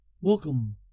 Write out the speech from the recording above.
Welcome